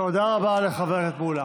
תודה ובהצלחה.)